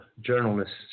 Journalists